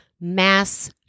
mass